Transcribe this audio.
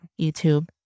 YouTube